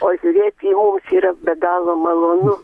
o žiūrėti mums yra be galo malonu